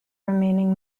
remaining